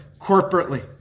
corporately